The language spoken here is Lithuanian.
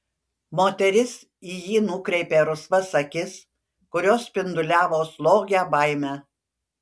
moteris į jį nukreipė rusvas akis kurios spinduliavo slogią baimę